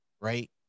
Right